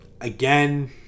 again